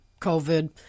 COVID